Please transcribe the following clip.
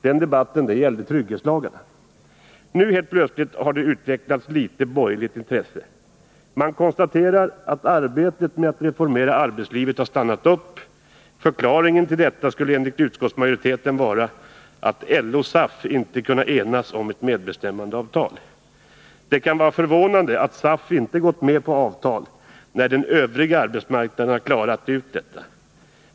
Den debatten gällde trygghetslagarna. Nu har det helt plötsligt utvecklats litet borgerligt intresse. Man konstaterar att arbetet med att reformera arbetslivet har stannat upp. 53 Förklaringen till detta skulle enligt utskottsmajoriteten vara att LO och SAF inte har kunnat enas om ett medbestämmandeavtal. Det kan vara förvånande att SAF inte gått med på avtal här, när den övriga arbetsmarknaden har klarat ut detta.